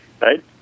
Right